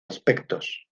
aspectos